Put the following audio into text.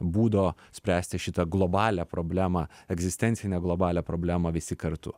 būdo spręsti šitą globalią problemą egzistencinę globalią problemą visi kartu